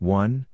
one